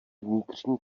vnitřní